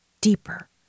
deeper